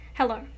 Hello